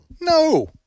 No